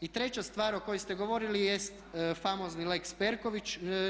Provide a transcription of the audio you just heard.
I treća stvar o kojoj ste govorili jest famozni lex Perković.